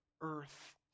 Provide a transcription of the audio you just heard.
earth